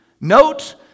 note